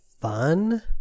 fun